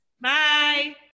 Bye